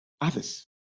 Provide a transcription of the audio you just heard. others